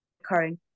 occurring